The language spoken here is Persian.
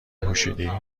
پوشیدی